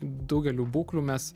daugelių būklių mes